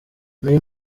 muri